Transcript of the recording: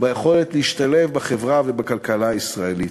ביכולת להשתלב בחברה ובכלכלה הישראלית.